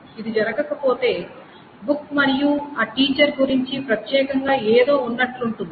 ఇది జరగకపోతే బుక్ మరియు ఆ టీచర్ గురించి ప్రత్యేకంగా ఏదో ఉన్నట్లుంటుంది